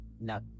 No